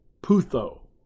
Putho